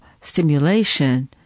stimulation